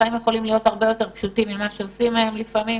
החיים יכולים להיות הרבה יותר פשוטים ממה שעושים מהם לפעמים.